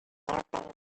opened